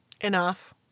Enough